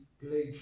played